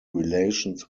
relations